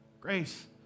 Grace